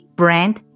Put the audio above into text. brand